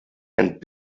and